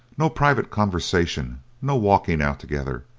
no private conversation, no walking out together,